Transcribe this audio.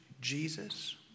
Jesus